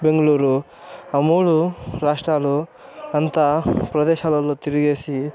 బెంగుళూరు ఆ మూడు రాష్ట్రాలు అంతా ప్రదేశాలల్లో తిరిగేసి